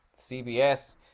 cbs